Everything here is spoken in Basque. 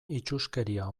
itsuskeria